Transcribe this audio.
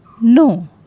No